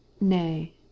Nay